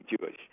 Jewish